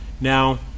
Now